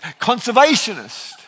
conservationist